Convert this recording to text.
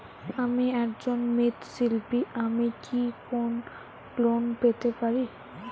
আমি একজন মৃৎ শিল্পী আমি কি কোন লোন পেতে পারি?